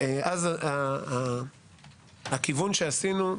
אז הכיוון שעשינו,